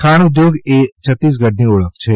ખાણ ઉદ્યોગ એ છત્તીસગઢની ઓળખ છે